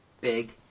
big